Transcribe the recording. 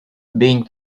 being